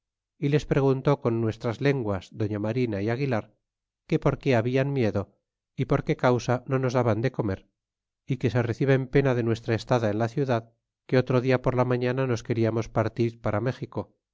y les preguntó con nuestras lenguas doña marina aguilar que por que habian miedo e por que causa no nos daban de comer y que si reciben pena de nuestra estada en la ciudad que otro dia por la mañana nos queriamos partir para méxico